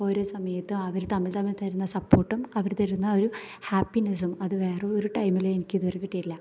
ഓരോ സമയത്ത് അവര് തമ്മിൽ തമ്മിൽ തരുന്ന സപ്പോർട്ടും അവര് തരുന്നൊരു ഹാപ്പിനെസ്സും അത് വേറൊരു ടൈമിലും എനിക്ക് ഇത് വരെ കിട്ടിയിട്ടില്ല